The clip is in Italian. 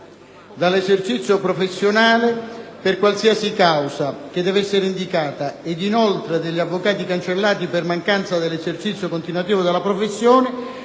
dall'esercizio professionale per qualsiasi causa, che deve essere indicata, ed inoltre degli avvocati cancellati per mancanza dell'esercizio continuativo della professione,